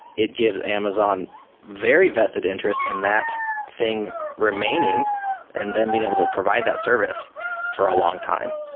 it gives amazon very vested interest in that thing remaining and then being able to provide that service for a long time.